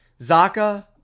Zaka